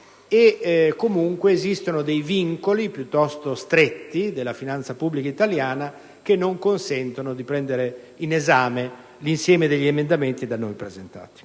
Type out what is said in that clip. modo esistono dei vincoli piuttosto stretti della finanza pubblica italiana che non consentono di prendere in esame l'insieme degli emendamenti da noi presentati.